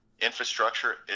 infrastructure